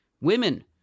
women